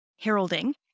heralding